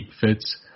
fits